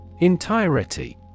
Entirety